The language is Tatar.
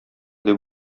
дип